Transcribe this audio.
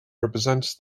represents